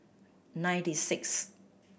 ninety six